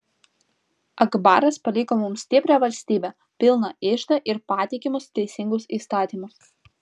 akbaras paliko mums stiprią valstybę pilną iždą ir patikimus teisingus įstatymus